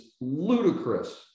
ludicrous